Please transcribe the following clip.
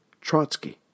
Trotsky